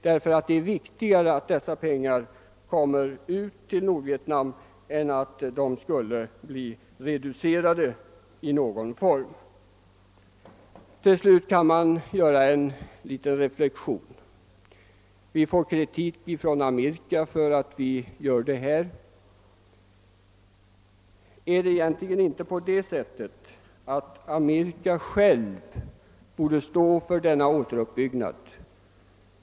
Det är viktigt att dessa pengar ställs till Nordvietnams förfogande under den treårsperiod, räknat från 1/7 1970, som varit meningen utan att hjälpen reduceras på något sätt. Till slut vill jag göra en liten reflexion. Vi har fått kritik från Amerika för att vi lämnar bidrag till Nordvietnam. Är det egentligen inte på det sättet, att Amerika självt borde stå för denna återuppbyggnad?